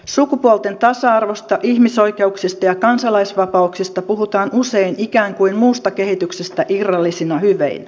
sukupuolten tasa arvosta ihmisoikeuksista ja kansalaisvapauksista puhutaan usein ikään kuin muusta kehityksestä irrallisina hyveinä